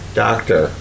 doctor